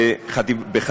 כל משפחה,